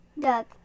Duck